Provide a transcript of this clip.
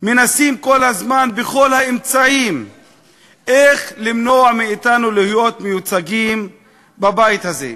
מנסים כל הזמן בכל האמצעים למנוע מאתנו להיות מיוצגים בבית הזה.